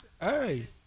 Hey